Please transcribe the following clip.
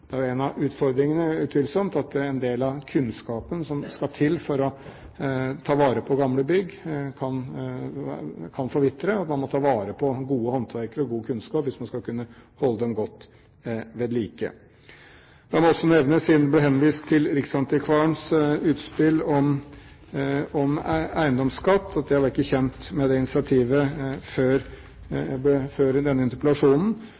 Det er utvilsomt en av utfordringene at en del av kunnskapen som skal til for å ta vare på gamle bygg, kan forvitre, og at man må ta vare på gode håndverkere og god kunnskap hvis man skal kunne holde dem godt ved like. La meg også nevne, siden det ble henvist til riksantikvarens utspill om eiendomsskatt, at jeg ikke var kjent med det initiativet før i denne interpellasjonen.